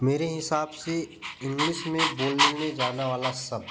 मेरे हिसाब से इंग्लिश में बोलने जाना वाला शब्द